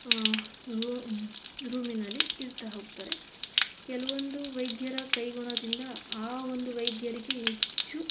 room ರೂಮಿನಲ್ಲಿ ಇರ್ತಾ ಹೋಗ್ತಾರೆ ಕೆಲವೊಂದು ವೈದ್ಯರ ಕೈಗುಣದಿಂದ ಆ ಒಂದು ವೈದ್ಯರಿಗೆ ಹೆಚ್ಚು